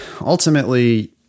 ultimately